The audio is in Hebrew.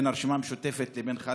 בין הרשימה המשותפת לבינך,